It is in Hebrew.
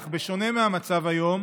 אך בשונה מהמצב היום,